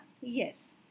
Yes